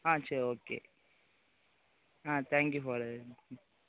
சரி okay thank you for